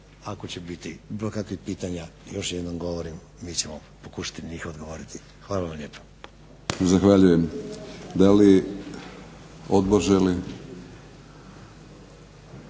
Ako će biti bilo kakvih pitanja još jednom govorim mi ćemo pokušati na njih odgovoriti. Hvala vam lijepa. **Batinić, Milorad